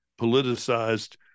politicized